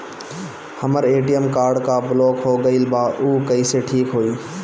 हमर ATM card block हो गईल बा ऊ कईसे ठिक होई?